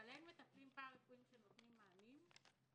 אבל אין מטפלים פרה-רפואיים שנותנים מענים,